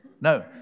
No